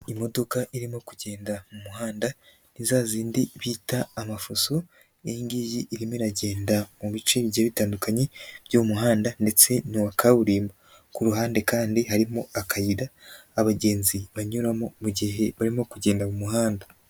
Imodoka irimo kugenda mu muhanda, izazindi bita amafuso, iyi ngiyi irimo iragenda mu bice bigiye bitandukanye byo umuhanda ndetse ni uwa kaburimbo. Ku ruhande kandi harimo akayira abagenzi banyuramo mu gihe barimo kugenda mu muhanda.